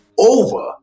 over